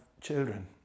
children